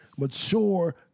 Mature